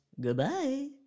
goodbye